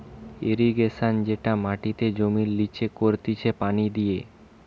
irrigation যেটা মাটিতে জমির লিচে করতিছে পানি দিয়ে